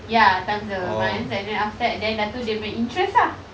ya times the months and then after that dah tu dia punya interest ah